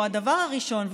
או הדבר הראשון,